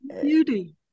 Beauty